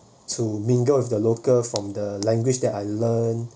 to mingle with the local from the language that I learn